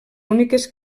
úniques